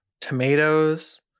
tomatoes